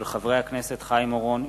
של חברי הכנסת חיים אורון,